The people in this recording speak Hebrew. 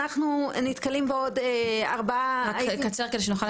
אנחנו נתקלים בעוד ארבעה קשיים,